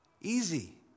Easy